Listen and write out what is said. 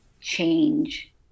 change